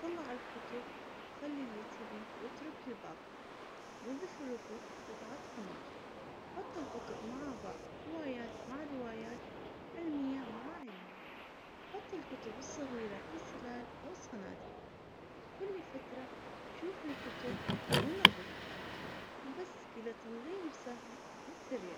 طلع الكتب وخلي اللي تبيه واترك الباقي نضف الرفوف بقطعة قماش حط الكتب مع بعض روايات مع روايات علمية مع علمية حط الكتب الصغيرة في سلال او صناديق كل فترة شوف الكتب وننظفهم وبس كذا تنظيم سهل وسريع